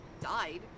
died